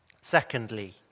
Secondly